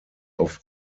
auf